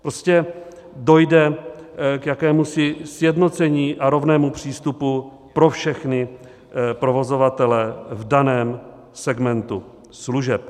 Prostě dojde k jakémusi sjednocení a rovnému přístupu pro všechny provozovatele v daném segmentu služeb.